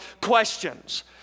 questions